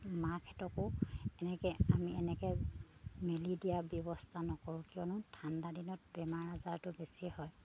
মাকহঁতকো এনেকৈ আমি এনেকৈ মেলি দিয়া ব্যৱস্থা নকৰোঁ কিয়নো ঠাণ্ডা দিনত বেমাৰ আজাৰটো বেছি হয়